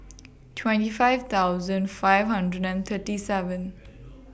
twenty five thousand five hundred and thirty seven